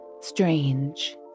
strange